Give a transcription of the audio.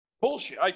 Bullshit